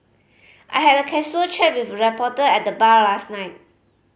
I had a casual chat with a reporter at the bar last night